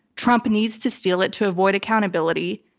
trump needs to steal it to avoid accountability.